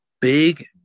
big